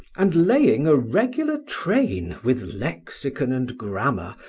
and laying a regular train, with lexicon and grammar,